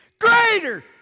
Greater